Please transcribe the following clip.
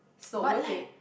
but like